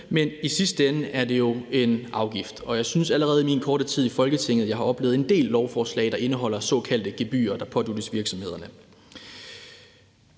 men i sidste ende er det jo en afgift, og jeg synes allerede, jeg i min korte tid her i Folketinget har oplevet en del lovforslag, der indeholder såkaldte gebyrer, der påduttes virksomhederne.